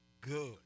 good